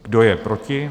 Kdo je proti?